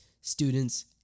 students